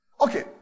Okay